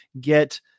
get